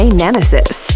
nemesis